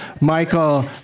Michael